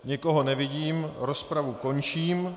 Nikoho nevidím, rozpravu končím.